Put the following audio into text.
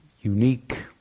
unique